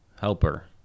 Helper